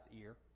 ear